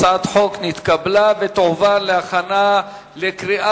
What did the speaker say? הצעת החוק נתקבלה ותועבר להכנה לקריאה